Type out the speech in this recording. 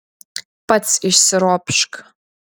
pats išsiropšk